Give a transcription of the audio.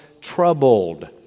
troubled